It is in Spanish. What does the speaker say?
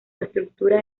estructura